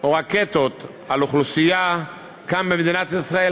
או רקטות על אוכלוסייה כאן במדינת ישראל,